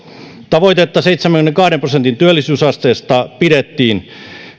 tavoitetta seitsemänkymmenenkahden prosentin työllisyysasteesta pidettiin